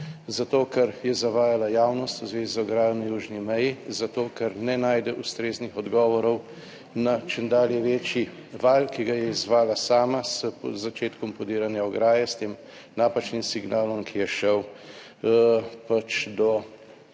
zato ker je zavajala javnost v zvezi z ograjami na južni meji, zato ker ne najde ustreznih odgovorov na čedalje večji val, ki ga je izzvala sama z začetkom podiranja ograje, s tem napačnim signalom, ki je šel do